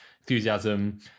enthusiasm